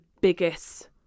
biggest